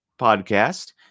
podcast